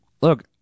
look